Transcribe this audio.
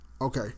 Okay